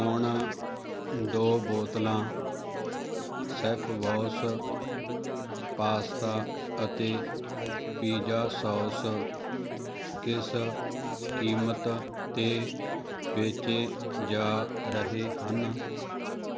ਹੁਣ ਦੋ ਬੋਤਲਾਂ ਸ਼ੈੱਫਬੌਸ ਪਾਸਤਾ ਅਤੇ ਪੀਜ਼ਾ ਸੌਸ ਕਿਸ ਕੀਮਤ 'ਤੇ ਵੇਚੇ ਜਾ ਰਹੇ ਹਨ